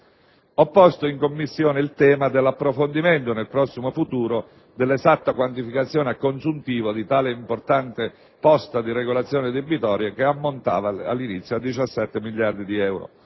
posto in Commissione il tema dell'approfondimento nel prossimo futuro dell'esatta quantificazione a consuntivo di tale importante posta di regolazione debitoria che ammonta a 17 miliardi di euro.